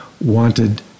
wanted